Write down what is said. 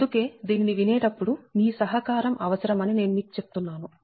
అందుకే దీనిని వినేటప్పుడు మీ సహకారం అవసరమని నేను మీకు చెప్తున్నాను